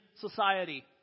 society